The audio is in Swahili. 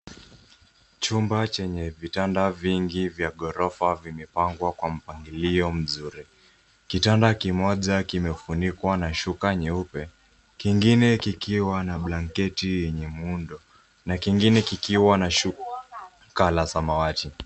Chumba chenye vitanda vingi vya ghorofa vimepangwa kwa mpangilio mzuri. Kitanda kimoja kimefunikwa na shuka nyeupe, kingine kikiwa na blanketi yenye muundo, na kingine kikiwa na shuka la samawati.